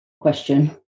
question